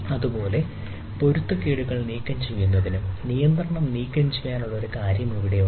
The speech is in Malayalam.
അതുപോലെ പൊരുത്തക്കേടുകൾ നീക്കം ചെയ്യുന്നതിനും നിയന്ത്രണം നീക്കംചെയ്യാനുള്ള ഒരു കാര്യം ഇവിടെയുണ്ട്